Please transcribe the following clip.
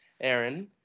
Aaron